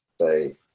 say